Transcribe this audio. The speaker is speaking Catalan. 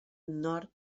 nord